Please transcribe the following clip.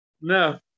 No